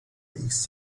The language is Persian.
ایکس